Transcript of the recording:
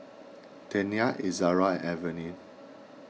Tena Ezerra and Avene